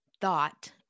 thought